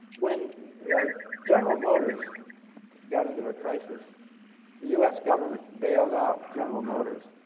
when general motors got into a crisis, the u s. government bailed out general motors.